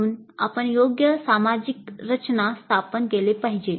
म्हणून आपण योग्य सामाजिक रचना स्थापन केली पाहिजे